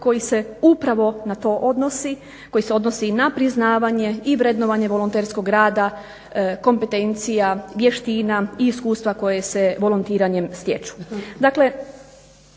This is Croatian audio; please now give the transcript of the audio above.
koji se upravo na to odnosi, koji se odnosi na priznavanje i vrednovanje volonterskog rada, kompetencija, vještina i iskustva koje se volontiranjem stječu.